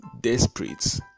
desperate